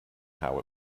how